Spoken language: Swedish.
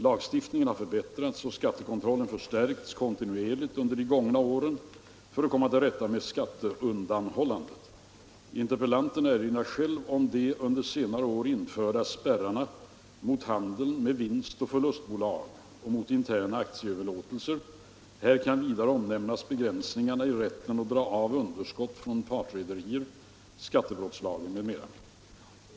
Lagstiftningen har förbättrats och skattekontrollen förstärkts kontinuerligt under de gångna åren för att komma till rätta med skatteundanhållandet. Interpellanten erinrar själv om de under senare år införda spärrarna mot handeln med vinstoch förlustbolag och mot interna aktieöverlåtelser. Här kan vidare omnämnas begränsningarna i rätten att dra av underskott från partrederier, skattebrottslagen m.m.